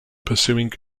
pursuing